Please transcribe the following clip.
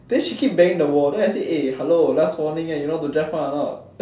then she keep banging the wall then I say hello last warning you know how to drive one or not